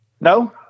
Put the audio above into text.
No